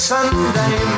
Sunday